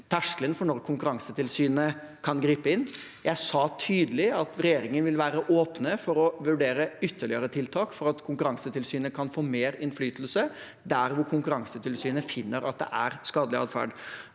terskelen for når Konkurransetilsynet kan gripe inn. Jeg sa tydelig at regjeringen vil være åpen for å vurdere ytterligere tiltak for at Konkurransetilsynet skal kunne få mer innflytelse der Konkurransetilsynet finner at det er skadelig atferd.